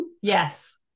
Yes